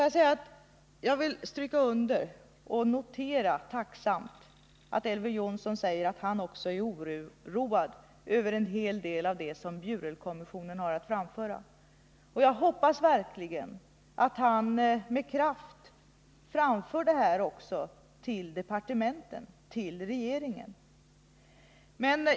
Jag vill tacksamt notera att Elver Jonsson säger att han också är oroad över en hel del av det som Bjurelkommissionen hade att framföra. Jag hoppas verkligen att han med kraft för fram detta till departementen och regeringen.